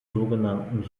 sogenannten